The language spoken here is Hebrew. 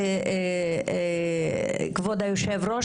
כבוד היושב-ראש,